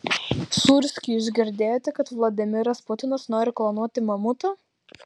sūrski jūs girdėjote kad vladimiras putinas nori klonuoti mamutą